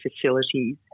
facilities